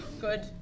Good